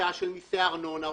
הוצאה למיסי ארנונה,